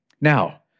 Now